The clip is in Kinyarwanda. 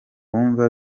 wumva